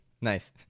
Nice